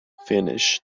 finish